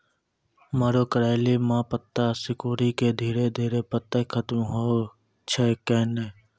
मरो करैली म पत्ता सिकुड़ी के धीरे धीरे पत्ता खत्म होय छै कैनै?